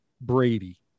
Brady